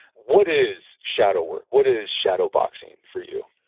what is shadow work? what is shadow boxing for you?